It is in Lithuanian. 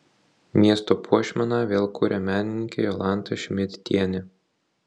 miesto puošmeną vėl kuria menininkė jolanta šmidtienė